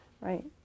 Right